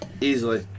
Easily